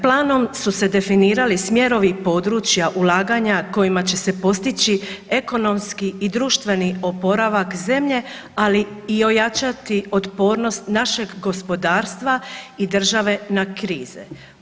Planom su se definirali smjerovi područja ulaganja kojima će se postići ekonomski i društveni oporavak zemlje, ali i ojačati otpornost našeg gospodarstva i države na krize.